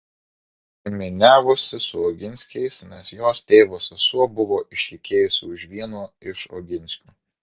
giminiavosi su oginskiais nes jos tėvo sesuo buvo ištekėjusi už vieno iš oginskių